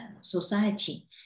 society